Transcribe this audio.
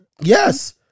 Yes